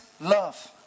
love